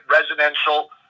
residential